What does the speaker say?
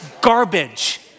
garbage